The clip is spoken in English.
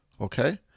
okay